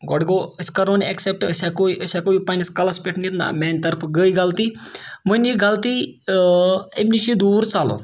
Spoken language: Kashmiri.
گۄڈٕ گوٚو أسۍ کَرو یہِ ایٚکسیٚپٹہٕ أسۍ ہیٚکو أسۍ ہیٚکو یہِ پنٛنِس کَلَس پٮ۪ٹھ نِتھ نہ میٛانہِ طرفہٕ گٔے غلطی وۄنۍ یہِ غلطی امہِ نِش چھِ دوٗر ژَلُن